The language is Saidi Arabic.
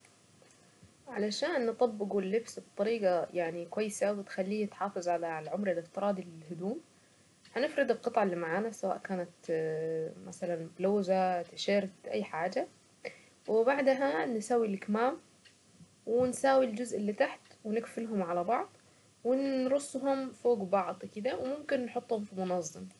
علشان نطبقه ونلف بطريقة يعني كويسة اوي وتخليه يحافظ على العمر الافتراضي للهدوم هنفرد القطعة اللي معانا سواء كانت مثلا بلوزة أو تيشيرت اي حاجة وبعدها نساوي الكم ونساوي الجزء اللي تحت ونقفلهم على بعض ونرص فوق بعض كدا وممكن نحطهم في منظم.